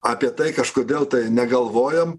apie tai kažkodėl tai negalvojam